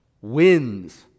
Wins